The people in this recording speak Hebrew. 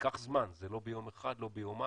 ייקח זמן, זה לא ביום אחד, לא ביומיים.